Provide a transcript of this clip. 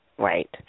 Right